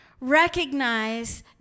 recognize